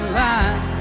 line